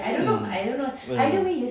mm what don't know